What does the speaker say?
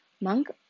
Monk